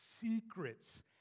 secrets